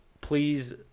please